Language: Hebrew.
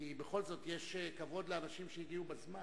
כי בכל זאת יש כבוד לאנשים שהגיעו בזמן.